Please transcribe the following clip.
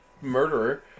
murderer